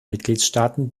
mitgliedstaaten